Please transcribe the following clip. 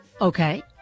Okay